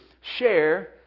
Share